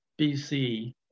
BC